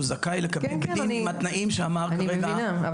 זכאי לקבל בדין עם התנאים שאמר כרגע --- אני מבינה,